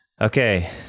Okay